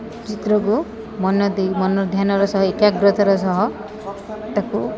ଚିତ୍ରକୁ ମନ ଦେଇ ମନ ଧ୍ୟାନର ସହ ଏକାଗ୍ରତର ସହ ତାକୁ